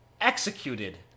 executed